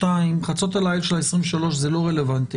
חצות הליל של ה-23, זה לא רלוונטי.